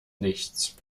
nichts